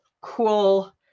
cool